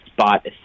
spot